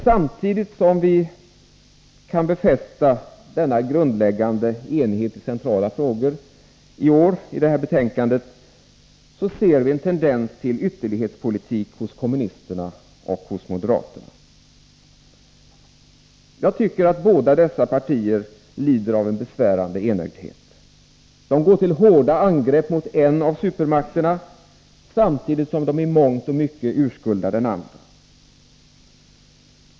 Samtidigt som vi kan befästa denna grundläggande enighet i centrala frågor i år, i detta betänkande, ser vi en tendens till ytterlighetspolitik hos kommunisterna och moderaterna. Båda dessa partier lider av en besvärande enögdhet. De går till hårda angrepp mot en av supermakterna, samtidigt som de i mångt och mycket urskuldar den andra.